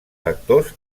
factors